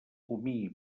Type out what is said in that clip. comí